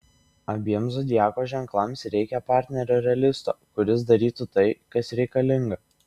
abiem zodiako ženklams reikia partnerio realisto kuris darytų tai kas reikalinga